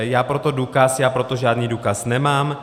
Já pro to důkaz, já pro to žádný důkaz nemám.